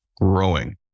growing